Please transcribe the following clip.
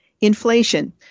inflation